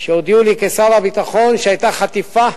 כשהודיעו לי כשר הביטחון שהיתה חטיפה,